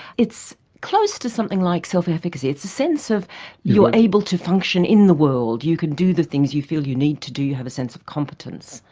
it's close to something like self efficacy, it's a sense of you are able to function in the world, you can do the things you feel you need to do, you have a sense of competence.